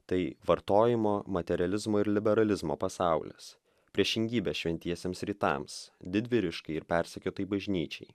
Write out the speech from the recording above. tai vartojimo materializmo ir liberalizmo pasaulis priešingybė šventiesiems rytams didvyriškai ir persekiotai bažnyčiai